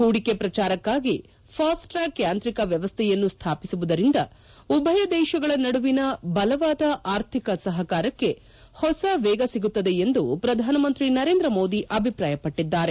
ಹೂಡಿಕೆ ಪ್ರಚಾರಕ್ಕಾಗಿ fast track ಯಾಂತ್ರಿಕ ವ್ಯವಸ್ವೆಯನ್ನು ಸ್ವಾಪಿಸುವುದರಿಂದ ಉಭಯ ದೇಶಗಳ ನಡುವಿನ ಬಲವಾದ ಆರ್ಥಿಕ ಸಹಕಾರಕ್ಕೆ ಹೊಸ ವೇಗ ಸಿಗುತ್ತದೆ ಎಂದು ಪ್ರಧಾನಮಂತ್ರ ನರೇಂದ್ರ ಮೋದಿ ಅಭಿಪ್ರಾಯಪಟ್ಟಿದ್ದಾರೆ